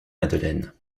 madeleine